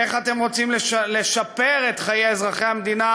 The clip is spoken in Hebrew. איך אתם רוצים לשפר את חיי אזרחי המדינה